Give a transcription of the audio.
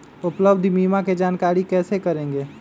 उपलब्ध बीमा के जानकारी कैसे करेगे?